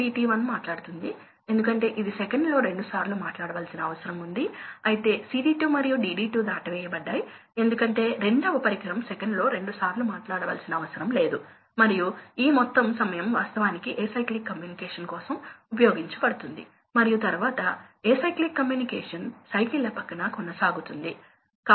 లోడ్ను బట్టి ప్రాథమికంగా డ్రైవ్ను నియంత్రించాల్సి ఉంటుంది మరియు కొన్ని స్పీడ్ రిఫరెన్స్ లు ఇవ్వాలి ఇవి మన భవిష్యత్ ఉపన్యాసాలలో మోటారు మరియు పంపు యొక్క వేగాన్ని ఎలా నియంత్రించవచ్చో వివరంగా చూస్తాము